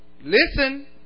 Listen